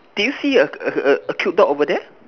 did you see a a a a cute dog over there